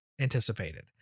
anticipated